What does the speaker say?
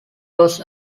was